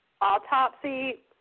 autopsy